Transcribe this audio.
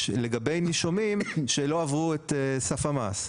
לגבי נישומים שלא עברו את סף המס.